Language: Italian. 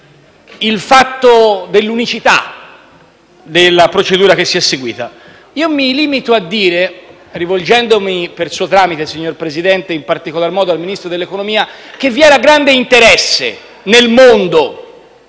stigmatizzare l'unicità della procedura che si è seguita. Io mi limito a dire, rivolgendomi per sua tramite, signor Presidente, in particolar modo al Ministro dell'economia, che vi era grande interesse nel mondo